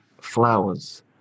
Flowers